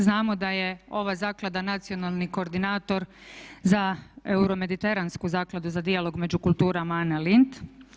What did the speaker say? Znamo da ova zaklada nacionalni koordinator za euro mediteransku zakladu za dijalog među kulturama Anna Lindh.